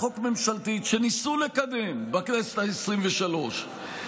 חוק ממשלתית שניסו לקדם בכנסת העשרים-ושלוש,